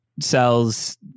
sells